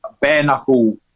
bare-knuckle